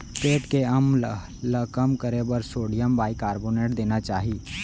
पेट के अम्ल ल कम करे बर सोडियम बाइकारबोनेट देना चाही